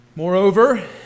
Moreover